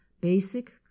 basic